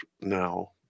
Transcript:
now